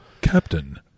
Captain